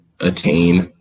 attain